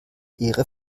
ehre